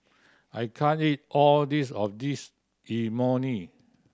I can't eat all this of this Imoni